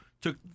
took